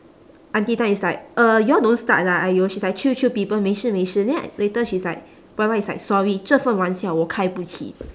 auntie tan is like uh you all don't start lah !aiyo! she's like chill chill people 没事没事 then later she's like Y_Y is like sorry 这份玩笑我开不起